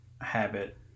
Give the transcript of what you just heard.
habit